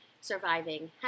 Surviving